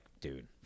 dude